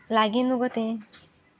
लागी नुगो ते